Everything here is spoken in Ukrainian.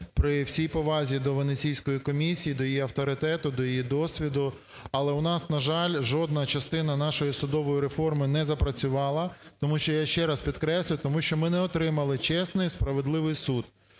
При всій повазі до Венеційської комісії, до її авторитету, до її досвіду, але у нас, на жаль, жодна частина нашої судової реформи не запрацювала, тому що, я ще раз підкреслюю, тому що ми не отримали чесний і справедливий суд.